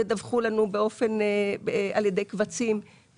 תדווחו לנו על ידי קבצים,